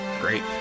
Great